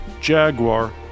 Jaguar